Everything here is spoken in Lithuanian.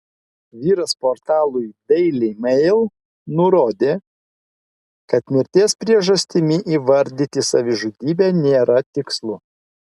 vyras portalui daily mail nurodė kad mirties priežastimi įvardyti savižudybę nėra tikslu